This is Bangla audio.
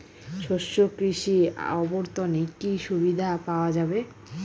শস্য কৃষি অবর্তনে কি সুবিধা পাওয়া যাবে?